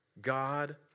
God